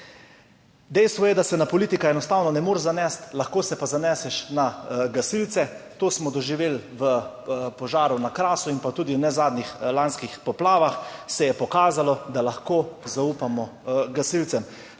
Dejstvo je, da se na politika enostavno ne moreš zanesti, lahko se pa zaneseš na gasilce. To smo doživeli v požaru na Krasu, pa tudi ob zadnjih lanskih poplavah se je pokazalo, da lahko zaupamo gasilcem.